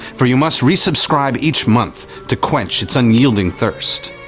for you must resubscribe each month to quench its unyielding thirst.